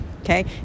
okay